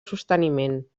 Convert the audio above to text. sosteniment